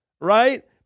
right